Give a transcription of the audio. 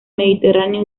mediterráneo